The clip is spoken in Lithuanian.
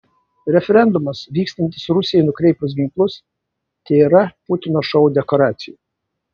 referendumas vykstantis rusijai nukreipus ginklus tėra putino šou dekoracija